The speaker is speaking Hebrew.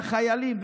לחיילים,